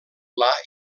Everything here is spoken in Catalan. pla